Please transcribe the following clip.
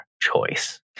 choice